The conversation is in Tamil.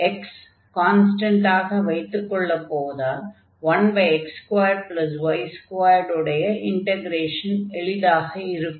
x ஐ கான்ஸ்டன்டாக வைத்துக் கொள்ளப் போவதால் 1x2y2 உடைய இன்டக்ரேஷன் எளிதாக இருக்கும்